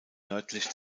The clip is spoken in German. nördlich